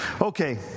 Okay